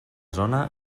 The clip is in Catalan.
zona